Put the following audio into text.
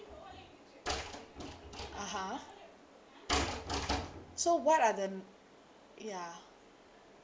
(uh huh) so what are the ya